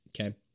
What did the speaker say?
okay